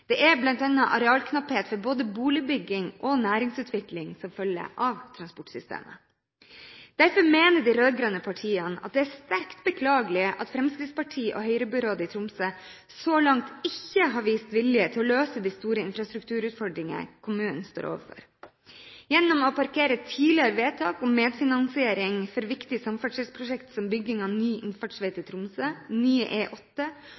Det er bl.a. arealknapphet for både boligbygging og næringsutvikling som følge av transportsystemet. Derfor mener de rød-grønne partiene at det er sterkt beklagelig at Fremskrittsparti-Høyre-byrådet i Tromsø så langt ikke har vist vilje til å løse de store infrastrukturutfordringene kommunen står overfor. Gjennom å parkere tidligere vedtak om medfinansiering for viktige samferdselsprosjekt som bygging av ny